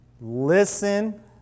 Listen